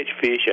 fish